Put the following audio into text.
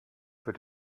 für